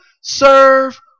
serve